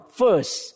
first